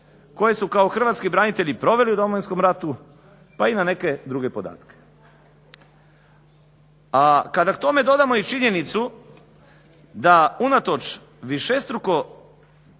koje su kao hrvatski branitelji proveli u Domovinskom ratu, pa i na neke druge podatke. A kada k tome dodamo i činjenicu da unatoč višestruko